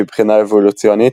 מבחינה אבולוציונית,